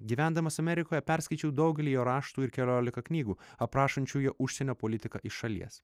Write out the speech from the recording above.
gyvendamas amerikoje perskaičiau daugelį jo raštų ir keliolika knygų aprašančių jo užsienio politiką iš šalies